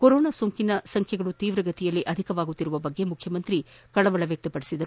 corona ಸೋಂಕಿನ ಸಂಖ್ಯೆಗಳು ತೀವ್ರಗತಿಯಲ್ಲಿ ಅಧಿಕವಾಗುತ್ತಿರುವ ಬಗ್ಗೆ ಮುಖ್ಯಮಂತ್ರಿ ಕಳವಳ ವ್ಯಕ್ತಪಡಿಸಿದರು